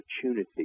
opportunity